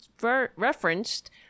referenced